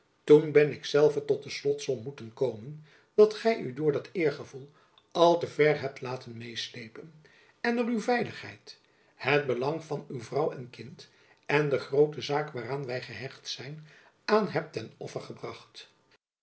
toen ben ik zelve tot de slotsom moeten komen dat gy u door dat eergevoel al te ver hebt laten meêslepen en er uwe veiligheid het belang van uw vrouw en kind en de groote zaak waaraan wy gehecht zijn aan hebt ten